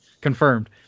confirmed